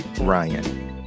Ryan